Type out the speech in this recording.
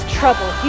trouble